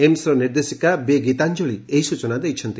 ଏମ୍ସର ନିର୍ଦ୍ଦେଶିକା ବି ଗୀତାଞ୍ଞଳି ଏହି ସ୍ଚନା ଦେଇଛନ୍ତି